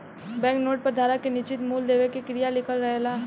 bank note पर धारक के निश्चित मूल देवे के क्रिया लिखल रहेला